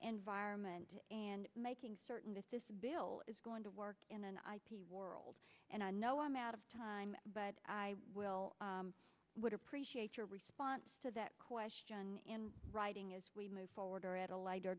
environment and making certain that this bill is going to work in a world and i know i'm out of time but i will would appreciate your response to that question in writing as we move forward or at a later